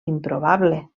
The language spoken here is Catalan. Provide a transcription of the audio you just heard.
improbable